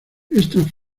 estas